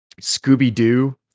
Scooby-Doo